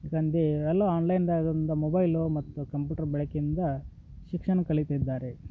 ಈಗಂದ ಎಲ್ಲಾ ಆನ್ಲೈನ್ದಾಗಿಂದ ಮೊಬೈಲು ಮತ್ತು ಕಂಪ್ಯೂಟರ್ ಬಳಕೆಯಿಂದ ಶಿಕ್ಷಣ ಕಲಿತಿದ್ದಾರೆ